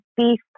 beef